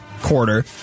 quarter